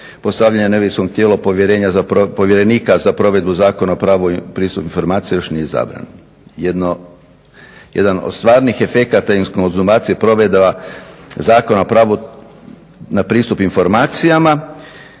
postavljanja neovisnog tijela povjerenika za provedbu Zakona o pravu i pristup informacijama još nije izabran. Jedan od stvarnih efekata iz konzumacije provedba Zakona o pravu na pristup informacijama